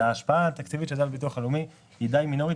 ההשפעה התקציבית על ביטוח לאומי היא די מינורית